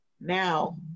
now